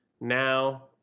Now –